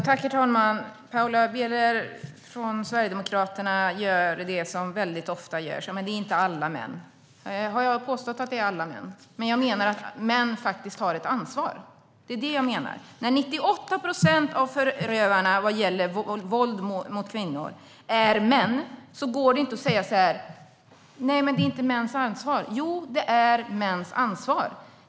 Herr talman! Paula Bieler från Sverigedemokraterna gör det som väldigt ofta görs och säger att det inte är alla män. Nej - har jag påstått att det är alla män? Men jag menar att män faktiskt har ett ansvar. När 98 procent av förövarna när det gäller våld mot kvinnor är män går det inte att säga att det inte är mäns ansvar. Jo, det är mäns ansvar!